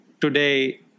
Today